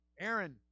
Aaron